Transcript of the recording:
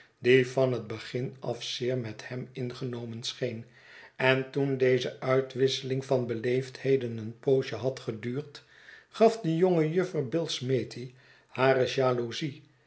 die van het begin af zeer met hem ingenomen scheen en toen deze uitwisseling van beleefdheden een poosje had geduurd gaf de jonge juffer billsmethi hare jaloezie